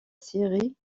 série